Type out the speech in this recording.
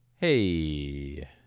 Hey